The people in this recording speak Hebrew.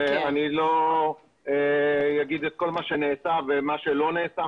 לא אגיד כל מה שנעשה ומה שלא נעשה,